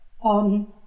on